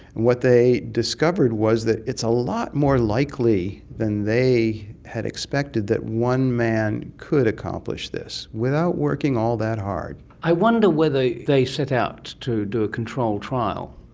what they discovered was that it's a lot more likely than they had expected that one man could accomplish this, without working all that hard. i wonder whether they set out to do a controlled trial.